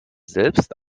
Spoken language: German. selbst